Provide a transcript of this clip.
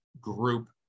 group